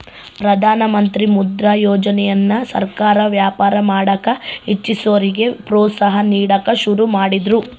ಪ್ರಧಾನಮಂತ್ರಿ ಮುದ್ರಾ ಯೋಜನೆಯನ್ನ ಸರ್ಕಾರ ವ್ಯಾಪಾರ ಮಾಡಕ ಇಚ್ಚಿಸೋರಿಗೆ ಪ್ರೋತ್ಸಾಹ ನೀಡಕ ಶುರು ಮಾಡಿದ್ರು